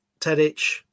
tedich